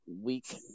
week